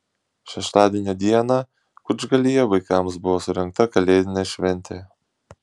šeštadienio dieną kučgalyje vaikams buvo surengta kalėdinė šventė